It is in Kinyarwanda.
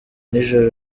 nijoro